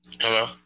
Hello